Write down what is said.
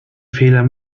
fehler